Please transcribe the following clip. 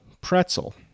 pretzel